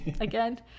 again